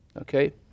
okay